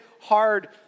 hard